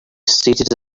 seated